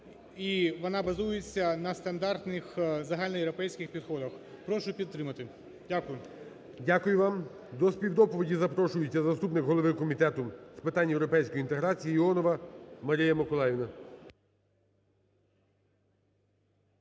вона базується на стандартних загальноєвропейських підходах. Прошу підтримати. Дякую. ГОЛОВУЮЧИЙ. Дякую вам. До співдоповіді запрошується заступник голови Комітету з питань європейської інтеграції Іонова Марія Миколаївна.